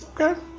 Okay